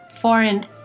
foreign